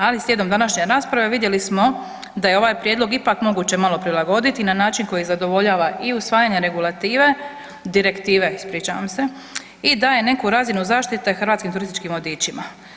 Ali slijedom današnje rasprave vidjeli smo da je ovaj prijedlog ipak moguće malo prilagoditi na način koji zadovoljava i usvajanje regulative, Direktive, ispričavam se, i daje neku razinu zaštite hrvatskim turističkim vodičima.